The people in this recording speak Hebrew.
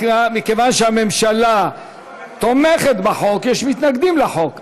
מכיוון שהממשלה תומכת בחוק, יש מתנגדים לחוק.